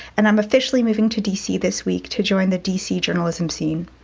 and i'm officially moving to d c. this week to join the d c. journalism scene.